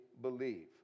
believe